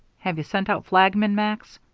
have you sent out flagmen, max?